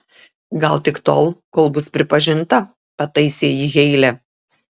gal tik tol kol bus pripažinta pataisė jį heile